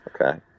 Okay